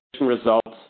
results